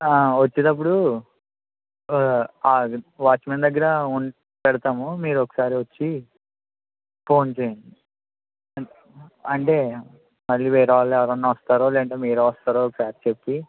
వచ్చేటప్పుడు వాచ్మ్యాన్ దగ్గర పెడతాము మీరు ఒకసారి వచ్చి ఫోన్ చెయ్యండి అంటే మళ్ళీ వేరే వాళ్ళు ఎవరైనా వస్తారో లేకుంటే మీరే వస్తారో ఒకసారి చెప్పి